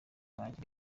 banjye